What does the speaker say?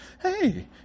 hey